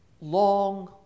long